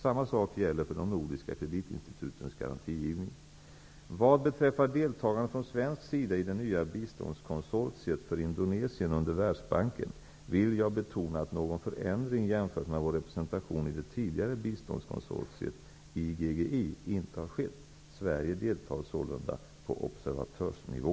Samma sak gäller för de nordiska kreditinstitutens garantigivning. Vad beträffar deltagande från svensk sida i det nya biståndskonsortiet för Indonesien under Världsbanken, vill jag betona att någon förändring jämfört med vår representation i det tidigare biståndskonsortiet IGGI inte har skett. Sverige deltar sålunda på observatörsnivå.